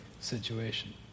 situation